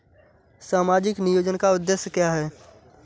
सामाजिक नियोजन का उद्देश्य क्या है?